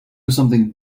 something